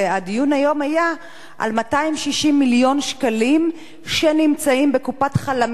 הדיון היום היה על 260 מיליון שקלים שנמצאים בקופת "חלמיש",